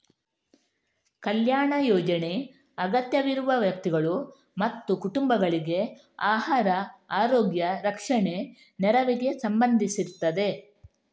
ಕಲ್ಯಾಣ ಯೋಜನೆ ಅಗತ್ಯವಿರುವ ವ್ಯಕ್ತಿಗಳು ಮತ್ತು ಕುಟುಂಬಗಳಿಗೆ ಆಹಾರ, ಆರೋಗ್ಯ, ರಕ್ಷಣೆ ನೆರವಿಗೆ ಸಂಬಂಧಿಸಿರ್ತದೆ